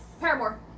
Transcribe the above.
Paramore